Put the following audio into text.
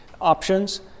options